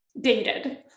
dated